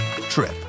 trip